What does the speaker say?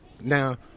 Now